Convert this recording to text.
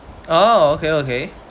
oh okay okay